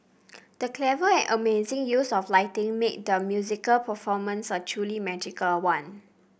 the clever and amazing use of lighting made the musical performance a truly magical one